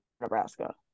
Nebraska